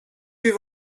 die